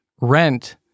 rent